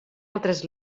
altres